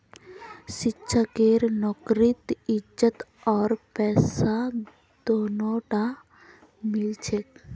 शिक्षकेर नौकरीत इज्जत आर पैसा दोनोटा मिल छेक